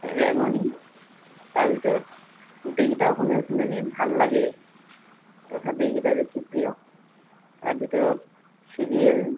ৰেঙনি তাৰ ভিতৰত গোটেইকেইটা অসমীয়া চেনেলেই ভাল লাগে তথাপি এইকেইটা বেছি প্ৰিয় তাৰ ভিতৰত ছিৰিয়েল